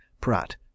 pratt